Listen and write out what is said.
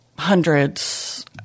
hundreds